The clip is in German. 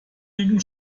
liegen